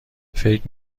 فکر